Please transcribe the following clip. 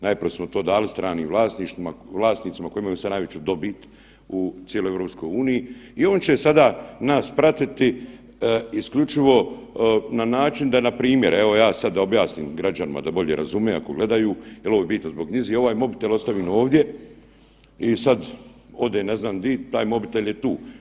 Najprije smo to dali stranim vlasnicima koji imaju sad najveću dobit u cijeloj EU i oni će sada nas pratiti isključivo na način da npr. evo ja sad da objasnim građanima da bolje razume ako gledaju jel ovo je bitno zbog njijzi, ovaj mobitel ostavim ovdje i sad odem ne znam di, taj mobitel je tu.